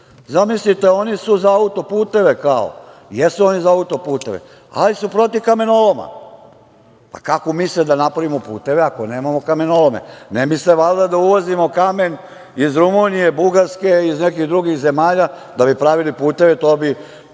Zamislite oni su za auto-puteve kao… jesu oni za auto-puteve, ali su protiv kamenoloma. Pa, kako misle da napravimo puteve ako nemamo kamenolome? Ne misle valjda da uvozimo kamen iz Rumunije, Bugarske i iz nekih drugih zemalja da bi pravili puteve to bi